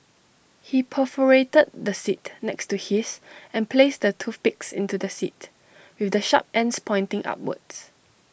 he perforated the seat next to his and placed the toothpicks into the seat with the sharp ends pointing upwards